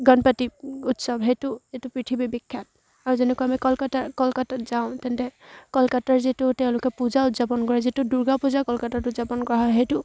গণপতি উৎসৱ সেইটো এইটো পৃথিৱী বিখ্যাত আৰু যেনেকৈ আমি কলকাতা কলকাতাত যাওঁ তেন্তে কলকাতাৰ যিটো তেওঁলোকে পূজা উদযাপন কৰে যিটো দুৰ্গা পূজা কলকাতাত উদযাপন কৰা হয় সেইটো